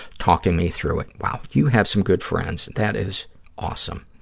talking me through it. wow, you have some good friends. that is awesome.